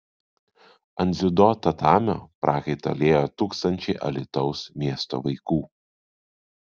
ant dziudo tatamio prakaitą liejo tūkstančiai alytaus miesto vaikų